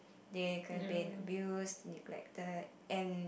they could've been abused neglected and